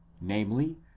namely